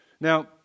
Now